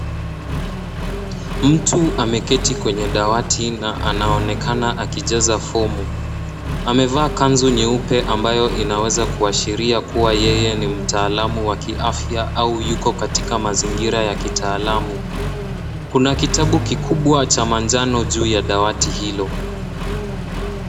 Mtu ameketi kwenye dawati na anaonekana akijaza fomu. Amevaa kanzu nyeupe ambayo inaweza kuashiria kuwa yeye ni mtaalamu wa kiafya au yuko katika mazingira ya kitaalamu. Kuna kitabu kikubwa cha manjano juu ya dawati hilo.